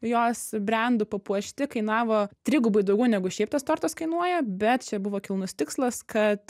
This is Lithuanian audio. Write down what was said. jos brendu papuošti kainavo trigubai daugiau negu šiaip tas tortas kainuoja bet čia buvo kilnus tikslas kad